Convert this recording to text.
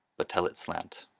but tell it slant,